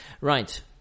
right